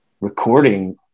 recording